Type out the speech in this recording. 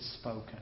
spoken